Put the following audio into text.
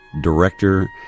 director